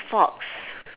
fox